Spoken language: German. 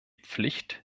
pflicht